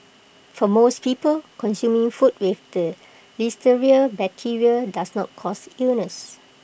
for most people consuming food with the listeria bacteria does not cause illness